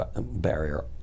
barrier